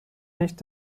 nicht